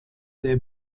der